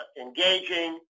engaging